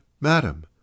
madam